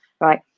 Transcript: right